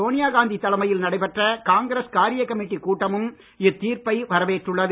சோனியாகாந்தி தலைமையில் நடைபெற்ற காங்கிரஸ் காரிய கமிட்டி கூட்டமும் இத்தீர்ப்பை வரவேற்றுள்ளது